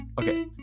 Okay